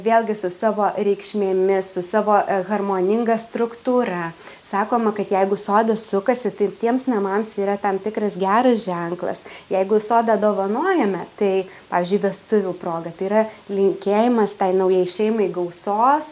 vėlgi su savo reikšmėmis su savo harmoninga struktūra sakoma kad jeigu sodas sukasi tai tiems namams yra tam tikras geras ženklas jeigu sodą dovanojame tai pavyzdžiui vestuvių proga tai yra linkėjimas tai naujai šeimai gausos